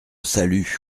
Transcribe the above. salut